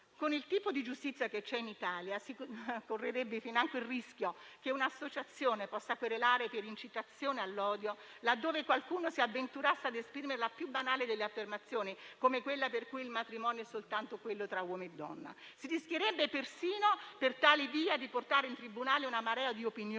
Con il tipo di giustizia che c'è in Italia, si correrebbe financo il rischio che un'associazione possa querelare per incitazione all'odio laddove qualcuno si avventurasse ad esprimere la più banale delle affermazioni, come quella per cui il matrimonio è soltanto quello tra uomo e donna. Si rischierebbe persino per tale via di portare in tribunale una marea di opinioni